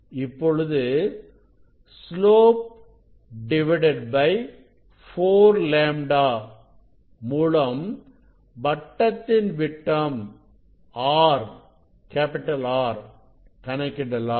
இப்பொழுது slope 4λ மூலம் வட்டத்தின் விட்டம் R கணக்கிடலாம்